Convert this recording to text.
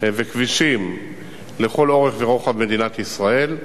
וכבישים לכל אורך ורוחב מדינת ישראל,